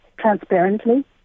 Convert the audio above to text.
transparently